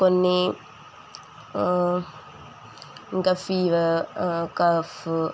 కొన్ని ఇంక fever cough